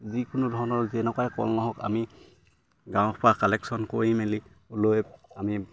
যিকোনো ধৰণৰ যেনেকুৱাই কল নহওক আমি গাঁৱৰ পৰা কালেকশ্যন কৰি মেলি লৈ আমি